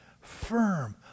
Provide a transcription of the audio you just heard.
firm